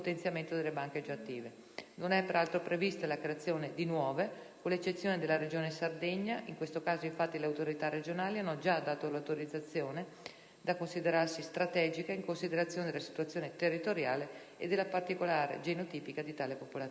Non è peraltro prevista la creazione di nuove, con l'eccezione della Regione Sardegna; in questo caso infatti le autorità regionali hanno già dato l'autorizzazione in tal senso da considerarsi strategica in considerazione della situazione territoriale e della particolarità genotipica di tale popolazione.